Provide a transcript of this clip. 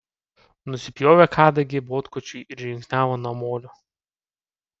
nusipjovė kadagį botkočiui ir žingsniavo namolio